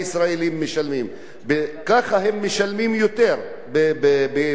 ככה הם משלמים יותר, בכמה שקלים לחודש יותר.